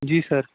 جی سَر